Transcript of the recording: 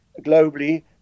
globally